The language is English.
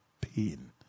pain